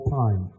time